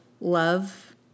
love